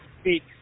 speak